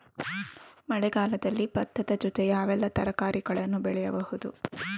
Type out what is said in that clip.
ಮಳೆಗಾಲದಲ್ಲಿ ಭತ್ತದ ಜೊತೆ ಯಾವೆಲ್ಲಾ ತರಕಾರಿಗಳನ್ನು ಬೆಳೆಯಬಹುದು?